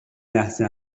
لحظه